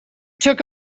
took